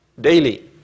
daily